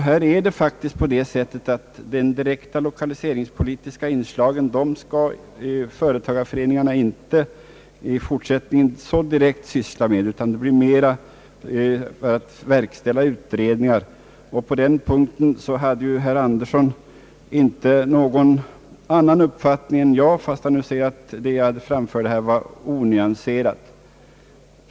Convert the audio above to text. Det är faktiskt så att företagareföreningarna i fortsättningen inte så direkt skall syssla med lokaliseringspolitiska frågor utan i det sammanhanget medverka med att verkställa vissa utredningar. På den punkten hade herr Andersson inte någon annan uppfattning än jag, fast han nu säger att det jag framförde var onyanserat.